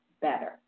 better